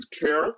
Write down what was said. care